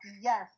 Yes